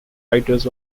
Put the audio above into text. writers